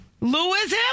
Lewis